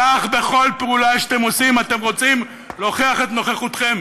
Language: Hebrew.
כך בכל פעולה שאתם עושים אתם רוצים להוכיח את נוכחותכם,